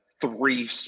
three